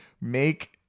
make